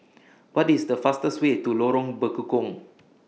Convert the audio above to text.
What IS The fastest Way to Lorong Bekukong